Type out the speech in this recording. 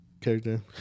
character